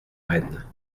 reine